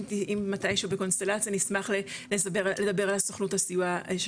אם מתישהו בקונסטלציה נשמח לדבר על הסוכנות הסיוע של